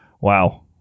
wow